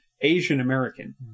Asian-American